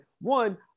One